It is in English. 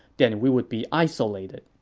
then we would be isolated.